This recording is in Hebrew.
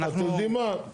אתם יודעים מה?